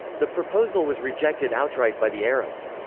the proposal was rejected outright by the arabs.